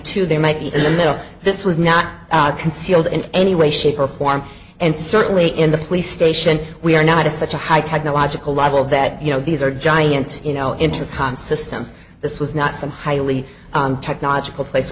two there might be in there this was not concealed in any way shape or form and certainly in the police station we are not of such a high technological level that you know these are giant you know intercom systems this was not some highly technological place